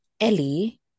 Ellie